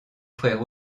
frère